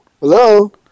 Hello